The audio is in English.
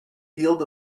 field